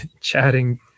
chatting